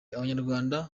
abanyarwanda